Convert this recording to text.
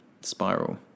spiral